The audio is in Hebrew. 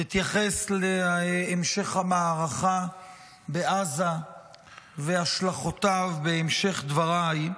אתייחס להמשך המערכה בעזה והשלכותיו בהמשך דבריי,